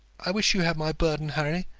i wish you had my burden, harry,